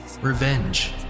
revenge